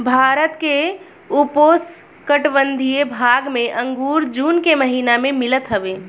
भारत के उपोष्णकटिबंधीय भाग में अंगूर जून के महिना में मिलत हवे